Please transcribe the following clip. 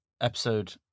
episode